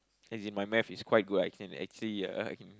as in my Math is quite good I can actually uh